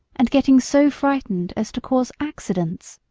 and getting so frightened as to cause accidents.